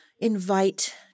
invite